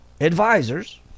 advisors